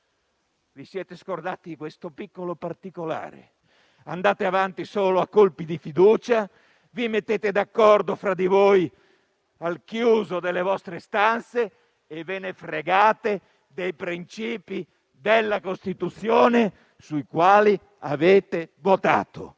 Vi siete scordati questo piccolo particolare: andate avanti solo a colpi di fiducia, vi mettete d'accordo fra di voi al chiuso delle vostre stanze e ve ne fregate dei principi della Costituzione, sui quali avete votato.